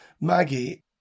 Maggie